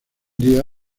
día